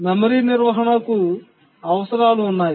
memory నిర్వహణ కు అవసరాలు ఉన్నాయి